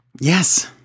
Yes